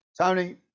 Tony